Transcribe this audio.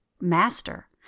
Master